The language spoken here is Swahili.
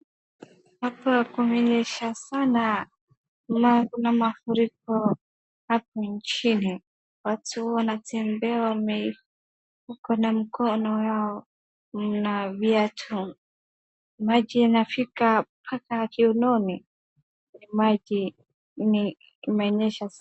Hapa kumenyesha sana, kuna mafuriko hapa nchini. Watu wanatembea wako na mkono yao, kuna viatu. Maji inafika mpaka kiunoni, ni maji, ni kumenyesha.